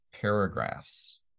paragraphs